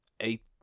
eight